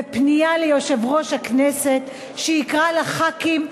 בפנייה ליושב-ראש הכנסת שיקרא לחברי הכנסת,